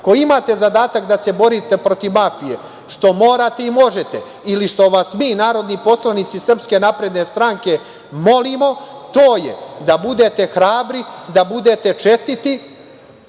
koji imate zadatak da se borite protiv mafije, što morate i možete, ili što vas mi narodni poslanici SNS molimo, to je da budete hrabri, da budete čestiti,